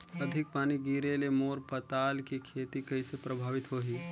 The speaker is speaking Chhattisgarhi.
अधिक पानी गिरे ले मोर पताल के खेती कइसे प्रभावित होही?